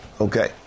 Okay